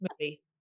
movie